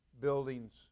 buildings